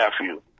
nephew